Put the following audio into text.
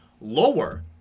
lower